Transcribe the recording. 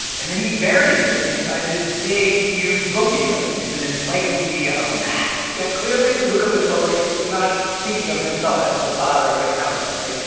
and then he buries it inside this big, huge book he's writing. it's an encyclopedia of math yeah, clearly, luca pacioli is not thinking of himself as the father of accounting, right?